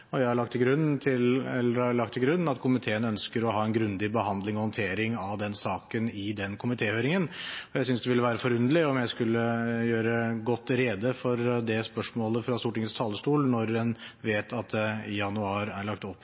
og jeg har lagt til grunn at komiteen ønsker en grundig behandling og håndtering av saken i komitéhøringen. Jeg synes det ville være forunderlig om jeg skulle gjøre godt rede for det spørsmålet fra Stortingets talerstol når en vet at det i januar er lagt opp